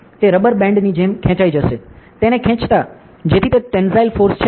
તે રબર બેન્ડની જેમ ખેંચાઈ જશે તેને ખેંચતા જેથી તે ટેન્સાઇલ ફોર્સ છે